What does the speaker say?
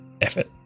effort